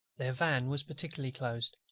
their van was particularly closed,